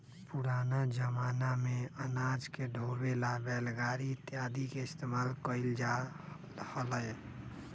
पुराना जमाना में अनाज के ढोवे ला बैलगाड़ी इत्यादि के इस्तेमाल कइल जा हलय